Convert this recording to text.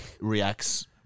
reacts